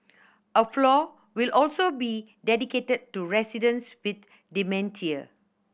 a floor will also be dedicated to residents with dementia